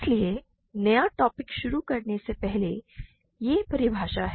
इसलिए नया टॉपिक शुरू करने से पहले यह परिभाषा है